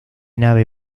nave